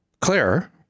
Claire